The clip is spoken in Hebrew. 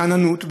ואיזו שאננות,